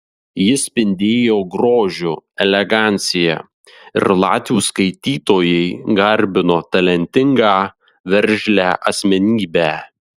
ji spindėjo grožiu elegancija ir latvių skaitytojai garbino talentingą veržlią asmenybę